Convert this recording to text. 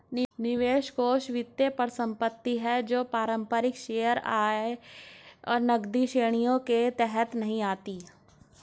निवेश कोष वित्तीय परिसंपत्ति है जो पारंपरिक शेयर, आय, नकदी श्रेणियों के तहत नहीं आती